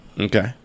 Okay